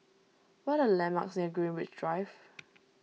what are the landmarks near Greenwich Drive